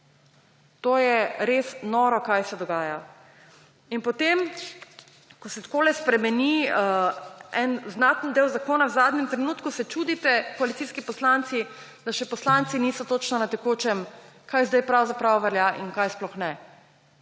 To je res noro, kaj se dogaja. In potem, ko se takole spremeni en znaten del zakona v zadnjem trenutku, se čudite koalicijski poslanci, da še poslanci niso točno na tekočem, kaj zdaj pravzaprav velja in kaj sploh ne.